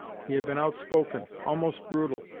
he had been outspoken, almost brutal,